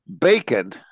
bacon